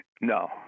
no